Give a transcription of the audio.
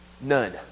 none